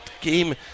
game